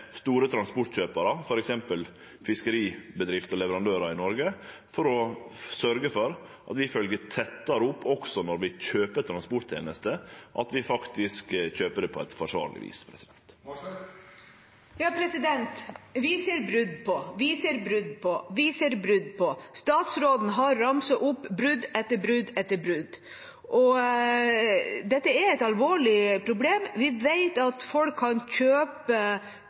store transportkjøparar, f.eks. fiskeribedrifter og fiskeleverandørar i Noreg, for å sørgje for at vi følgjer tettare opp også når vi kjøper transporttenester, at vi faktisk kjøper dei på eit forsvarleg vis. Vi ser brudd på, vi ser brudd på, vi ser brudd på – statsråden har ramset opp brudd etter brudd etter brudd. Dette er et alvorlig problem. Vi vet at folk kan kjøpe